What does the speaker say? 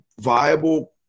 Viable